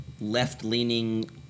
Left-leaning